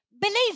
believe